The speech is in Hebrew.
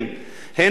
הן בגליל,